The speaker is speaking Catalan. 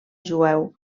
jueu